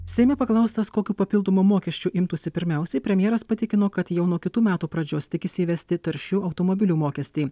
seime paklaustas kokių papildomų mokesčių imtųsi pirmiausiai premjeras patikino kad jau nuo kitų metų pradžios tikisi įvesti taršių automobilių mokestį